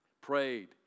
prayed